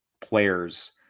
players